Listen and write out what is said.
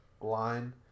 line